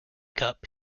cup